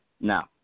Now